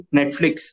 Netflix